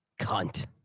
Cunt